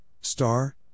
star